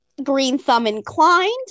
green-thumb-inclined